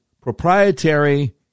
proprietary